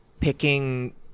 Picking